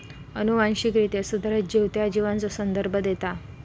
अनुवांशिकरित्या सुधारित जीव त्या जीवाचो संदर्भ देता